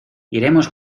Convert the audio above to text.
iremos